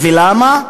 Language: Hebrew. ולמה?